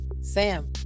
Sam